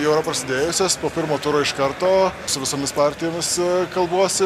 jau yra prasidėjusios po pirmo turo iš karto su visomis partijomis kalbuosi